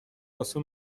واسه